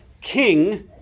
King